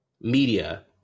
media